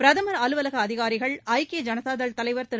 பிரதமர் அலுவலக அதிகாரிகள் ஐக்கிய ஜனதா தள் தலைவர் திரு